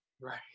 right